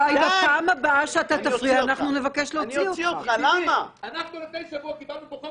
--- אנחנו לפני שבוע קיבלנו פה חוק